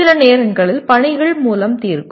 சில நேரங்களில் பணிகள் மூலம் தீர்க்கும்